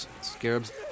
scarabs